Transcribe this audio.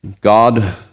God